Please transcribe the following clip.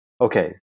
okay